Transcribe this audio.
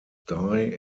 die